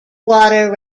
water